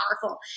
powerful